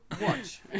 watch